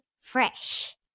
Fresh